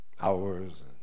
hours